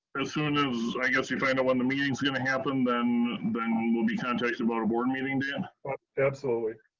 as soon as you find out when the meeting is going to happen, then then we'll we'll be contacted about a board meeting date? eric and but absolutely.